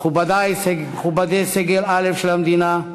מכובדי סגל א' של המדינה,